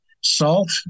Salt